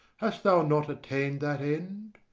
hast thou not attain'd that end?